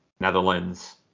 Netherlands